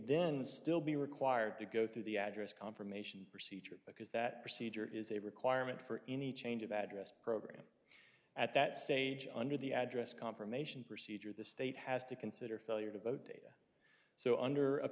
then still be required to go through the address confirmation procedure because that procedure is a requirement for any change of address program at that stage under the address confirmation procedure of the state has to consider failure to vote data so under a